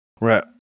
Right